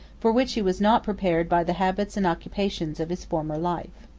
for which he was not prepared by the habits and occupations of his former life.